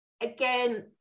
again